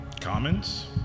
Comments